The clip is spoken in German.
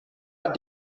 hat